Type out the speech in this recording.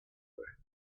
her